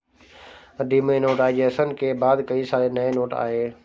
demonetisation के बाद कई सारे नए नोट आये